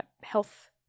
health